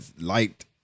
liked